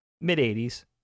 mid-80s